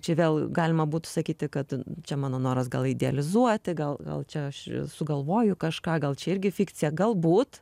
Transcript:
čia vėl galima būtų sakyti kad čia mano noras gal idealizuoti gal gal čia aš sugalvoju kažką gal čia irgi fikcija galbūt